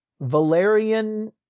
Valerian